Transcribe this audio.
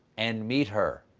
and meet her.